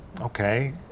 okay